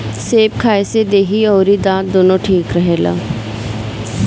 सेब खाए से देहि अउरी दांत दूनो ठीक रहेला